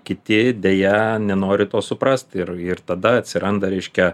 kiti deja nenori to suprast ir ir tada atsiranda reiškia